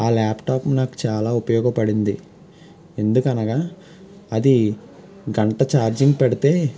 ఆ ల్యాప్టాప్ నాకు చాలా ఉపయోగపడింది ఎందుకనగా అది గంట ఛార్జింగ్ పెడితే